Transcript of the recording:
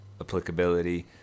applicability